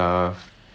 mm